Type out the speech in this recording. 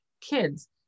Kids